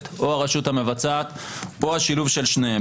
או הרשות המבצעת או השילוב של שתיהן.